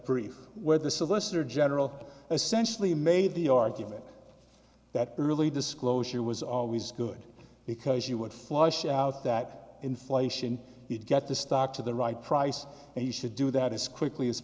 brief where the solicitor general essentially made the argument that early disclosure was always good because you would flush out that inflation you'd get the stock to the right price and you should do that as quickly as